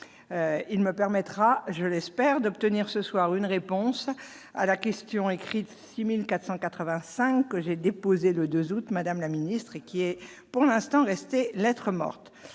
il me permettra, je l'espère, d'obtenir ce soir une réponse à la question écrite 6485 que j'ai déposé le 2 août Madame la ministre, qui est pour l'instant restées lettre morte et